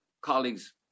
colleagues